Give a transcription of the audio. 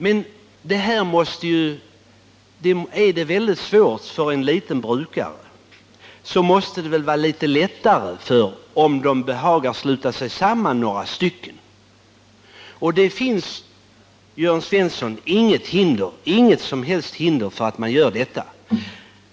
Men om det är svårt för en liten jordbrukare, måste det väl ändå vara lättare om några stycken sluter sig samman. Det finns, Jörn Svensson, inga som helst hinder för att de skall göra det.